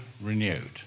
renewed